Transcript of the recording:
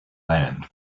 land